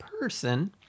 person